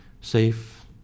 safe